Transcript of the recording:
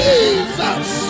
Jesus